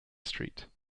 street